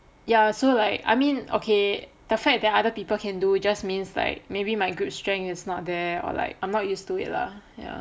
ya so like I mean okay the fact that other people can do just means like maybe my grip strength is not there or like I'm not used to it lah ya